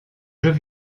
jeux